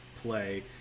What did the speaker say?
play